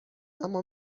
اما